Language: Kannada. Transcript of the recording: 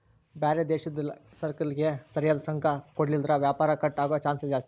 ಬ್ಯಾರೆ ದೇಶುದ್ಲಾಸಿಸರಕಿಗೆ ಸರಿಯಾದ್ ಸುಂಕ ಕೊಡ್ಲಿಲ್ಲುದ್ರ ವ್ಯಾಪಾರ ಕಟ್ ಆಗೋ ಚಾನ್ಸ್ ಜಾಸ್ತಿ